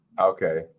Okay